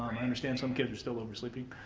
i understand some kids are still oversleeping.